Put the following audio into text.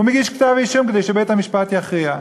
הוא מגיש כתב-אישום כדי שבית-המשפט יכריע.